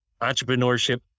entrepreneurship